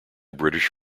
british